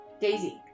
Daisy